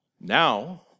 Now